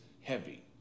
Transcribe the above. heavy